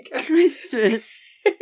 Christmas